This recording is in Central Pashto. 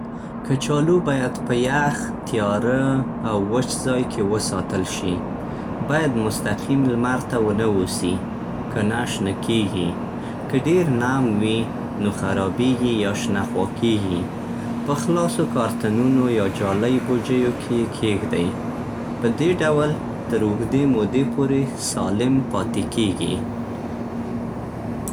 کچالو باید په یخ، تیاره او وچ ځای کې وساتل شي. باید مستقیم لمر ته ونه اوسي، کنه شنه کېږي. که ډېر نم وي، نو خرابیږي یا شنه خوا کېږي. په خلاصو کارتنونو یا جالۍ بوجیو کې یې کیږدئ. په دې ډول تر اوږدې مودې پورې سالم پاتې کېږي.